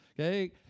okay